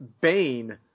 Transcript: bane